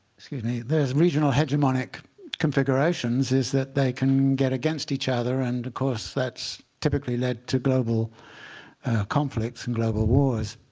excuse me. there's regional hegemonic configurations is that they can get against each other. and of course, that's typically led to global conflicts and global wars.